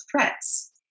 threats